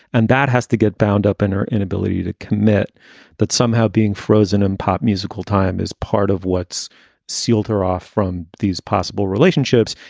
and that has to get bound up in her inability to commit that somehow being frozen in pop musical time is part of what's sealed her off from these possible relationships,